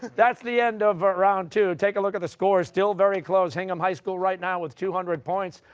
that's the end of ah round two, take a look at the scores, still very close hingham high school right now with two hundred points,